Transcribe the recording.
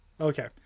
Okay